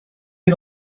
get